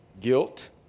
guilt